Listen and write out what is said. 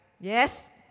Yes